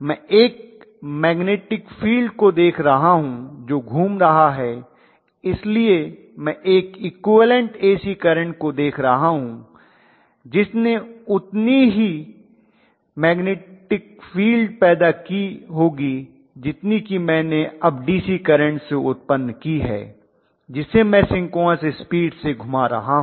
मैं एक magnetic field को देख रहा हूं जो घूम रहा है इसलिए मैं एक इक्विवलन्ट AC करंट को देख रहा हूं जिसने उतनी ही मैग्नेटिक फील्ड पैदा की होगी जितनी कि मैंने अब डीसी करंट से उत्पन्न की है जिसे मैं सिंक्रोनस स्पीड से घुमा रहा हूं